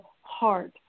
heart